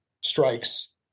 strikes